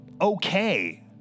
okay